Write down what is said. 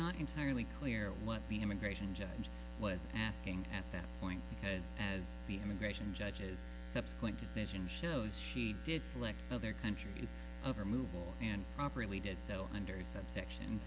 not entirely clear what the immigration judge was asking at that point because as the immigration judges subsequent decision shows she did select other countries over movable and properly did so under subsection